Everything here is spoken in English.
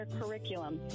curriculum